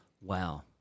Wow